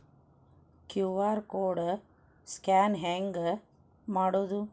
QR code scan ಹೆಂಗ್ ಮಾಡೋದು?